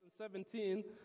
2017